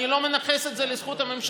אני לא מנכס את זה לזכות הממשלה,